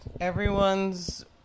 Everyone's